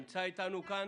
נמצא אתנו כאן.